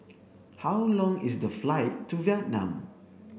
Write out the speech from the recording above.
how long is the flight to Vietnam